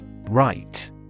Right